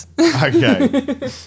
Okay